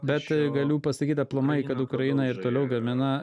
bet galiu pasakyti aplamai kad ukraina ir toliau gamina